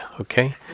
okay